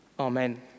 Amen